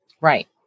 Right